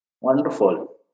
Wonderful